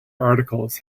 articles